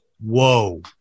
Whoa